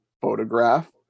photograph